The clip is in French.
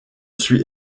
suis